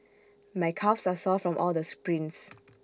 my calves are sore from all the sprints